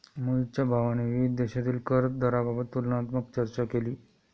मोहितच्या भावाने विविध देशांतील कर दराबाबत तुलनात्मक चर्चा केली